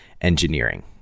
engineering